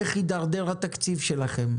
איך התדרדר התקציב שלכם,